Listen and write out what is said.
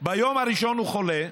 ביום הראשון הוא חולה,